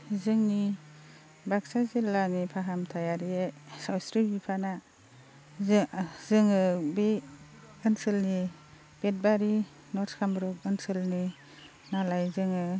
जोंनि बाक्सा जिल्लानि फाहामथायारि सावस्रि बिफाना जोङो बे ओनसोलनि बेथबारि नर्थ कामरुप ओनसोलनिनालाय जोङो